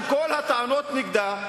עם כל הטענות נגדה,